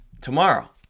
tomorrow